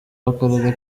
w’akarere